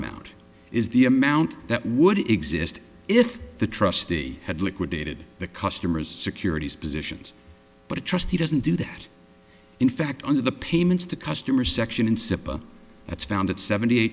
amount is the amount that would exist if the trustee had liquidated the customer's securities positions but a trustee doesn't do that in fact under the payments the customer section in simple that's found at seventy